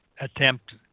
attempt